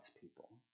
people